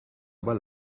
aber